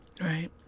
right